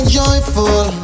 joyful